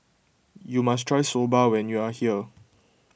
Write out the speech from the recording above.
you must try Soba when you are here